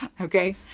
okay